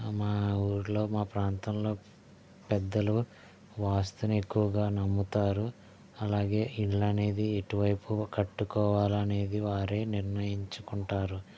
మా ఊరిలో మా ప్రాంతంలో పెద్దలు వాస్తుని ఎక్కువగా నమ్ముతారు అలాగే ఇళ్ళు అనేది ఎటువైపు కట్టుకోవాలి అనేది వారే నిర్ణయించుకుంటారు